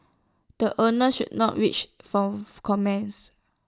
the owners not not reached for comments